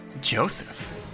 Joseph